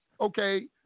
Okay